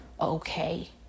okay